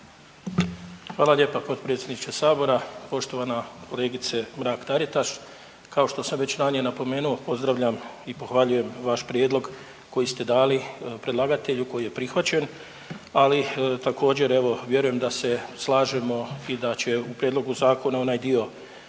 Hvala lijepa potpredsjedniče sabora. Poštovana kolegice Mrak Taritaš, kao što sam već ranije napomenuo pozdravljam i pohvaljujem vaš prijedlog koji ste dali predlagatelju koji je prihvaćen, ali također evo vjerujem da se slažemo i da će u prijedlogu zakona onaj dio